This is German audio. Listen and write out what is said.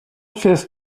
fährst